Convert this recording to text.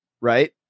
right